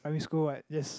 primary school what just